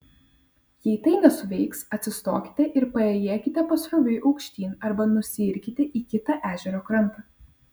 jei tai nesuveiks atsistokite ir paėjėkite pasroviui aukštyn arba nusiirkite į kitą ežero krantą